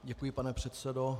Děkuji, pane předsedo.